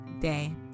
day